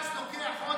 אלכס, תלמדו פעם מבג"ץ.